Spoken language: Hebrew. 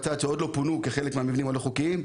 שעוד לא פונו במסגרת פינוי המבנים הלא חוקיים,